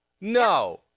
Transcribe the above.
no